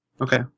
Okay